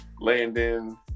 Landon